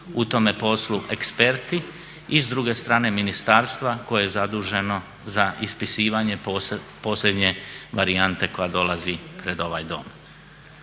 u tome poslu eksperti i s druge strane ministarstva koje je zaduženo za ispisivanje posljednje varijante koja dolazi pred ovaj dom.